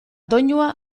doinua